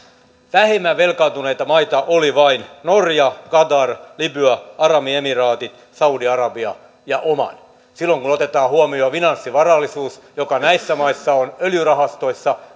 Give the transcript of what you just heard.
vähemmän velkaantuneita maita olivat vain norja qatar libya arabiemiraatit saudi arabia ja oman silloin kun otetaan huomioon finanssivarallisuus joka näissä maissa on öljyrahastoissa